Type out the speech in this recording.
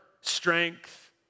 strength